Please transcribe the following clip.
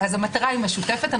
המטרה היא משותפת.